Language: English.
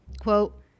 quote